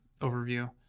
overview